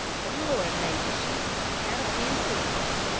the lord made the sheep, and the cattle, and the pigs.